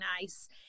nice